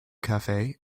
cafe